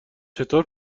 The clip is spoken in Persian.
چطور